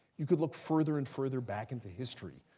you could look further and further back into history,